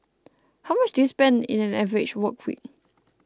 how much do you spend in an average work week